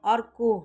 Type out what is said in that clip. अर्को